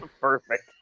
perfect